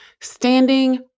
Standing